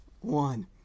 one